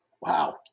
Wow